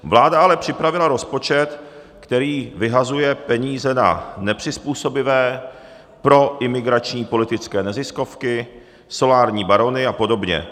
Vláda ale připravila rozpočet, který vyhazuje peníze na nepřizpůsobivé, pro imigrační politické neziskovky, solární barony a podobně.